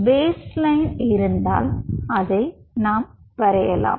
base line இருந்தால் அதை நாம் வரையலாம்